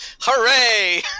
Hooray